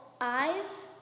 eyes